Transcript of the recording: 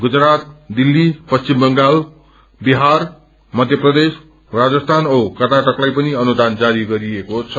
गुजरात दिल्लौ पश्चिम बंगाल बिहार मध्य प्रदेश राजस्थान औ कर्नाटकलाई पनि अनुदान जारी गरिएको छ